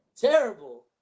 terrible